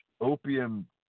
opium